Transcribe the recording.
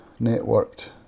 networked